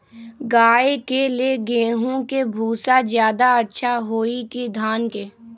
गाय के ले गेंहू के भूसा ज्यादा अच्छा होई की धान के?